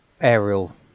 aerial